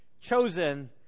Chosen